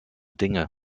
dinge